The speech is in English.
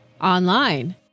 online